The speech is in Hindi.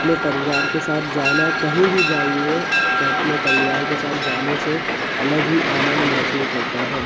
अपने परिवार के साथ जाना कहीं भी जाइए आपका अपने परिवार के साथ जाने से अलग ही आनंद महसूस होता हैं